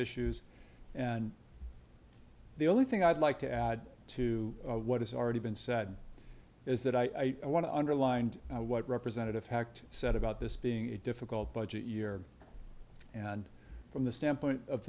issues and the only thing i'd like to add to what has already been said is that i want to underlined what representative fact said about this being a difficult budget year and from the standpoint of